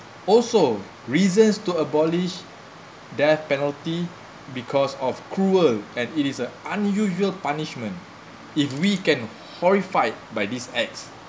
also reasons to abolish death penalty because of cruel and it is a unusual punishment if we can horrified by this act